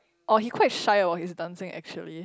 oh he quite shy about his dancing actually